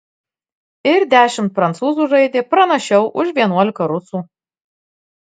ir dešimt prancūzų žaidė pranašiau už vienuolika rusų